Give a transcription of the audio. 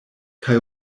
kaj